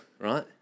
right